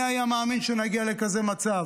מי היה מאמין שנגיע לכזה מצב?